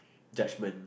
judgement